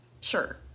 Sure